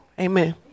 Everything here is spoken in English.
amen